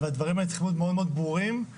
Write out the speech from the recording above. והדברים צריכים להיות ברורים מאוד